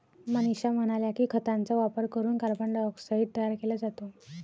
मनीषा म्हणाल्या की, खतांचा वापर करून कार्बन डायऑक्साईड तयार केला जातो